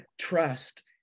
trust